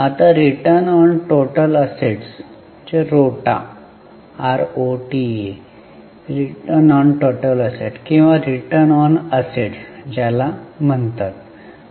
आता Return On Total Assets ROTA आहे return on total asset किंवा रिटर्न ऑन अॅसेट्स ज्याला इथे म्हणतात